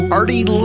Artie